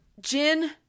Jin